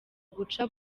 guca